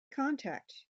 contact